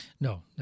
No